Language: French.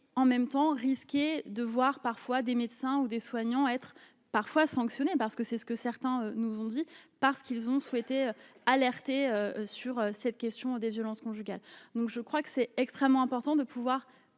et en même temps, risquer de voir parfois des médecins ou des soignants être parfois sanctionnés parce que c'est ce que certains nous ont dit parce qu'ils ont souhaité alerter sur cette question des violences conjugales, donc je crois que c'est extrêmement important de pouvoir